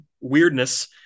weirdness